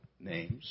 names